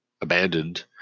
abandoned